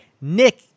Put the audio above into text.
Nick